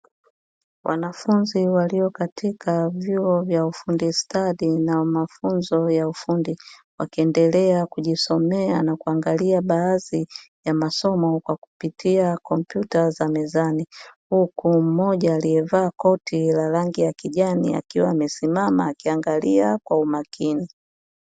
Wanafunzi walio katika vyuo vya ufundi stadi na mafunzo ya ufundi, wakiendelea kujisomea na kuangalia baadhi ya masomo kwa kupitia kompyuta za mezani, huku mmoja alievaa koti la rangi ya kijani akiwa amesimama akiangalia kwa umakini.